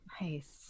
Nice